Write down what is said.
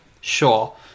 Sure